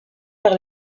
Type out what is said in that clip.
par